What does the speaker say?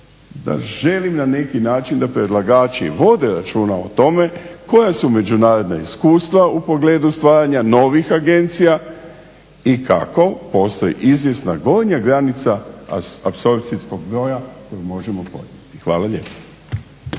da želim na neki način da predlagači vode računa o tome koja su međunarodna iskustva u pogledu stvaranja novih agencija i kako. Postoji izvjesna gornja granica apsorpcijskog gnoja koju možemo podnijeti. Hvala lijepa.